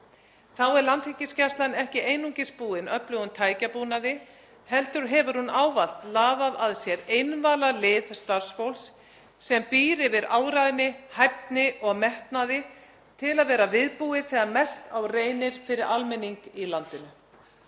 Þá er Landhelgisgæslan ekki einungis búin öflugum tækjabúnaði heldur hefur hún ávallt laðað að sér einvala lið starfsfólks sem býr yfir áræðni, hæfni og metnaði til að vera viðbúið þegar mest á reynir fyrir almenning í landinu.